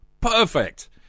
Perfect